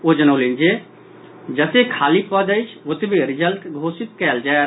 ओ जनौलनि जे जतेक खाली पद अछि ओतबे रिजल्ट घोषित कयल जायत